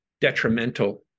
detrimental